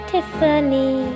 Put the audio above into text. Tiffany